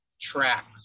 track